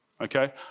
okay